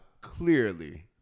clearly